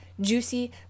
juicy